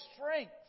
strength